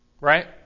Right